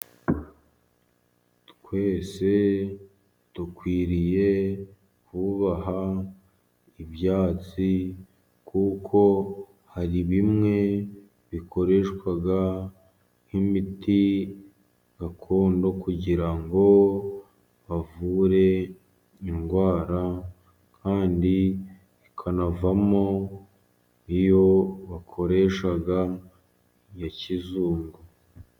Twese dukwiriye kubaha ibyatsi kuko hari bimwe bikoreshwa nk'imiti gakondo kugira ngo bavure indwara, kandi ikanavamo iyo bakoresha ya kizungu.